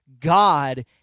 God